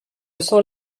sens